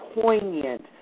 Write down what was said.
poignant